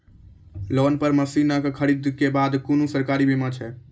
Loan पर मसीनऽक खरीद के बाद कुनू सरकारी बीमा छै?